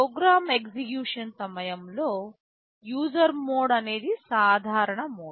programme execution సమయంలో user mode అనేది సాధారణ మోడ్